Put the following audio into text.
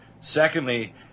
Secondly